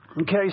Okay